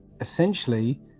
Essentially